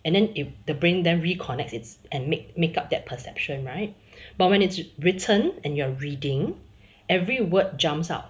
and then in the brain them reconnects it and make make up that perception right but when its written and you are reading every word jumps out